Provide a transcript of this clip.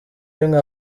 rimwe